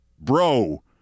Bro